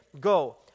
Go